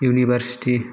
university